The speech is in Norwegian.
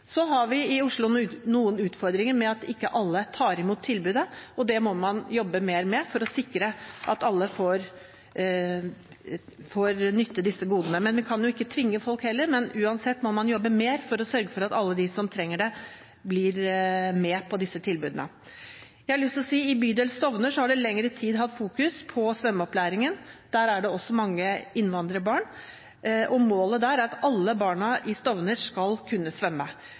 Så har vi i Oslo noen utfordringer med at ikke alle tar imot tilbudet. Det må man jobbe mer med for å sikre at alle får nytte disse godene. Men vi kan heller ikke tvinge folk. Uansett må man jobbe mer for å sørge for at alle som trenger det, blir med på disse tilbudene. Jeg har lyst til å si at i bydel Stovner har man i lengre tid fokusert på svømmeopplæringen. Der er det også mange innvandrerbarn. Målet er at alle barna i Stovner bydel skal kunne